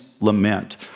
lament